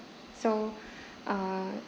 so uh